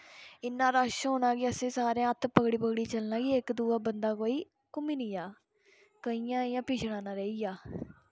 इन्ना रश होना कि असें सारें हत्थ पकड़ी पकड़ियै चलना कि इक दुआ बंदा कोई घुम निं जाऽ कोई इ'यां पिच्छें निं रेहिया